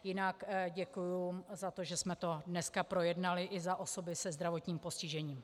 Jinak děkuji za to, že jsme to dneska projednali, i za osoby se zdravotním postižením.